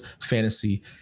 fantasy